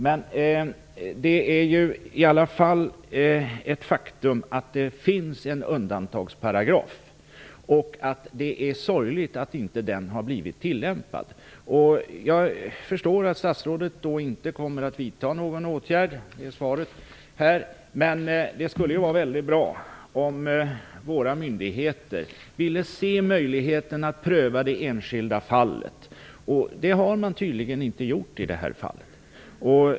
Men det är ändå ett faktum att det finns en undantagsparagraf. Det är sorgligt att inte den har blivit tillämpad. Av svaret förstår jag att statsrådet inte tänker vidta någon åtgärd, men det skulle vara väldigt bra om våra myndigheter ville se möjligheten att pröva det enskilda fallet, vilket man tydligen inte har gjort här.